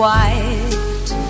White